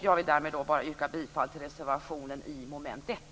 Jag vill därmed bara yrka bifall till reservationen under mom. 1.